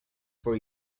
for